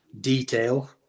detail